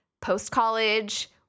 post-college